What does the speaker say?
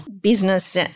business